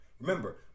Remember